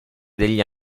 degli